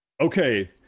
Okay